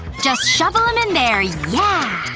just shovel em in there, yeah!